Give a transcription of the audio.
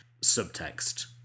subtext